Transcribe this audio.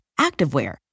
activewear